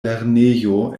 lernejo